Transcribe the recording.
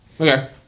Okay